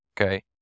okay